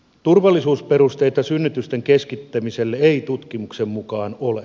turvallisuusperusteita synnytysten keskittämiselle ei tutkimuksen mukaan ole